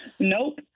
Nope